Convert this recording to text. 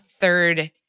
third